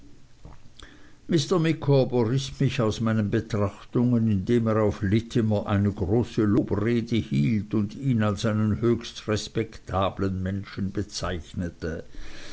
micawber riß mich aus meinen betrachtungen indem er auf littimer eine große lobrede hielt und ihn als einen höchst respektablen menschen bezeichnete